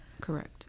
Correct